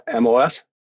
MOS